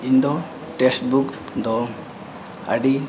ᱤᱧᱫᱚ ᱫᱚ ᱟᱹᱰᱤ